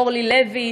אורלי לוי,